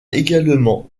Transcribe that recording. également